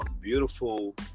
Beautiful